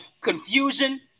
confusion